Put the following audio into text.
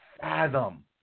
fathom